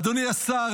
אדוני השר,